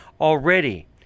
already